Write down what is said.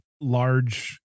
large